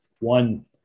one